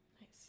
Nice